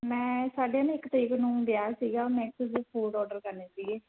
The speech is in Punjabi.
ਮੈਂ ਸਾਡੇ ਨਾ ਇੱਕ ਤਰੀਕ ਨੂੰ ਵਿਆਹ ਸੀਗਾ ਮੈਂ ਥੋੜ੍ਹੇ ਜਿਹੇ ਫੂਡ ਔਡਰ ਕਰਨੇ ਸੀਗੇ